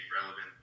relevant